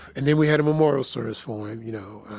and then we had a memorial service for him. you know.